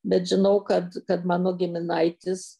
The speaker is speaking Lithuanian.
bet žinau kad kad mano giminaitis